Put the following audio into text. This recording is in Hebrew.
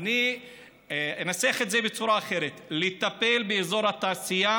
אני אנסח את זה בצורה אחרת: לטפל באזור התעשייה